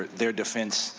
their defense